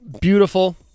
beautiful